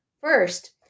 First